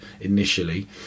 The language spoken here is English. initially